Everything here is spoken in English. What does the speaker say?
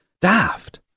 Daft